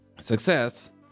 success